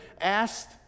asked